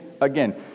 again